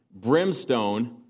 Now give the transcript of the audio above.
brimstone